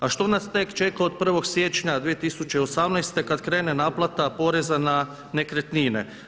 A što nas tek čeka od 1. siječnja 2018. kada krene naplata poreza na nekretnine.